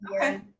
Okay